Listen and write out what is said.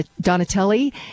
Donatelli